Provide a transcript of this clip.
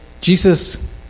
Jesus